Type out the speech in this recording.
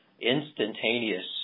instantaneous